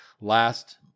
last